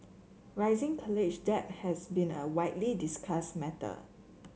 rising college debt has been a widely discussed matter